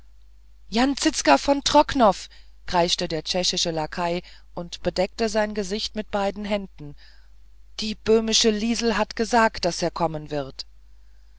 jan zizka von trocnov kreischte der tschechische lakai und bedeckte sein gesicht mit beiden händen die böhmische liesel hat gesagt daß er kommen wird